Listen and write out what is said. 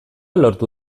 lortu